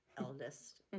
eldest